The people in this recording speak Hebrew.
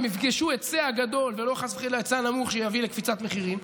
הם יפגשו היצע גדול ולא חס וחלילה היצע נמוך שיביא לקפיצת מחירים.